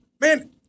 man